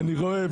אני רואה.